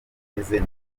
ameze